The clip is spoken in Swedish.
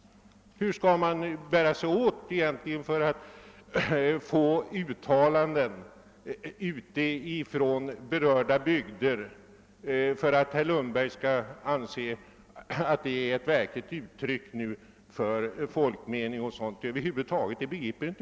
Hur skall man egentligen bära sig åt för att få fram sådana uttalanden från berörda bygder att herr Lundberg skail anse att de är ett verkligt uttryck för folkets mening?